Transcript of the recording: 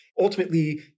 Ultimately